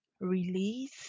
Release